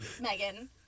Megan